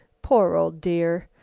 poor old dear.